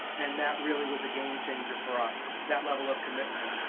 and that really was a game-changer for us, that level of commitment.